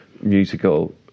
musical